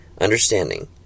understanding